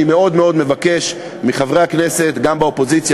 אני מאוד מאוד מבקש מחברי הכנסת גם מהאופוזיציה